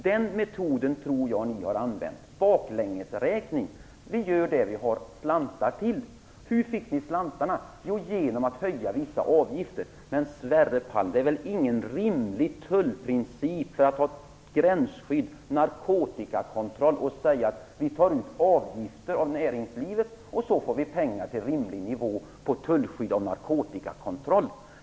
Den metoden tror jag att ni har använt - baklängesräkning! Vi gör det vi har slantar till, har ni sagt er. Hur fick ni slantarna? Jo, genom att höja vissa avgifter. Men, Sverre Palm, det är väl ingen rimlig tullprincip att säga: Vi tar ut avgifter av näringslivet och så får vi pengar till en rimlig nivå på gränsskydd och narkotikakontroll?